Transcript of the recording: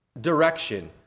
direction